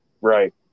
Right